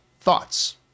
thoughts